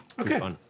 Okay